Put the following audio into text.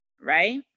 right